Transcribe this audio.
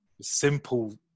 simple